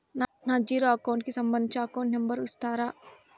నా zero account కి సంబంధించి అకౌంట్ నెంబర్ ను నాకు ఇస్తారా